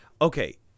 okay